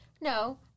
No